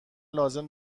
لازم